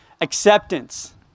acceptance